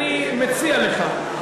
אני מציע לך.